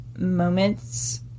moments